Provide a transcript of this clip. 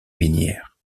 minière